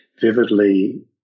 vividly